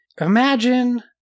imagine